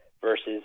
versus